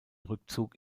rückzug